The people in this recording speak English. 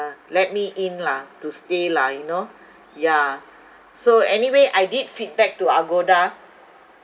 let me in lah to stay lah you know yeah so anyway I did feedback to agoda